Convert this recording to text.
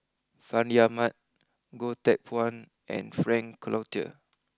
Fandi Ahmad Goh Teck Phuan and Frank Cloutier